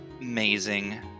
Amazing